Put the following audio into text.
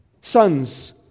sons